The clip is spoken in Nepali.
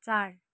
चार